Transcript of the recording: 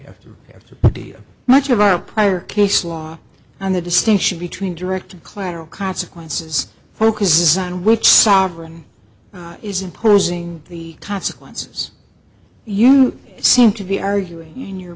after after pretty much of our prior case law and the distinction between direct and clairol consequences focus is on which sovereign is imposing the consequences you seem to be arguing in you